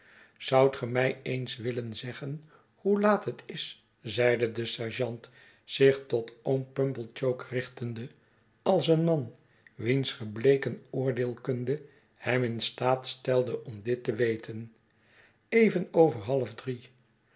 zoudt ge mij eens willen zeggen hoe laat het is zeide de sergeant zich tot oom pumblechook richtende als een man wiens gebleken oordeelkunde hem in staat stelde om dit te weten even over half drie